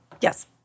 Yes